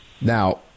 Now